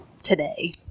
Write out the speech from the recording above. today